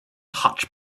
hotch